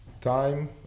time